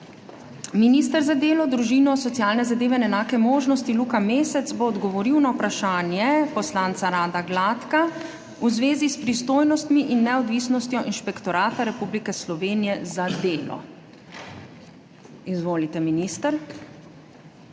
Minister za delo, družino, socialne zadeve in enake možnosti Luka Mesec bo odgovoril na vprašanje poslanca Rada Gladka v zvezi s pristojnostmi in neodvisnostjo Inšpektorata Republike Slovenije za delo. Izvolite minister.